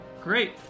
Great